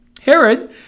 Herod